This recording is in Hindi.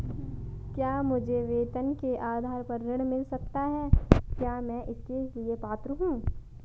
क्या मुझे वेतन के आधार पर ऋण मिल सकता है क्या मैं इसके लिए पात्र हूँ?